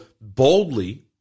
boldly